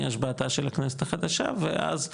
מהשבעתה של הכנסת החדשה ואז,